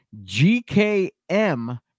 GKM